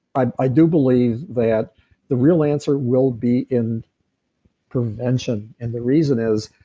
i i do believe that the real answer will be in prevention. and the reason is,